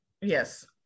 yes